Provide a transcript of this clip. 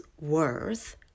worth